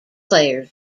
players